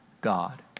God